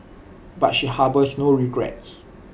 but she harbours no regrets